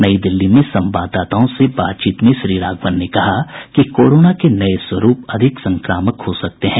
नई दिल्ली में संवाददाताओं से बातचीत में श्री राघवन ने कहा कि कोरोना के नये स्वरूप अधिक संक्रामक हो सकते हैं